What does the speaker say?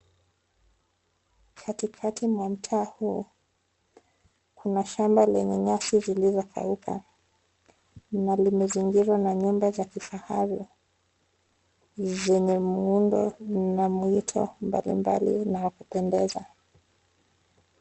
Katikati mwa mtaa huu kuna shamba lenye nyasi zilizokauka na limezingirwa na nyumba za kifahari zenye muundo na muito mbali mbali wakupendeza.